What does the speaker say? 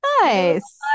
Nice